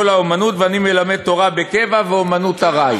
האומנות ואני מלמדו תורה בקבע ואומנות ארעי.